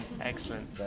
Excellent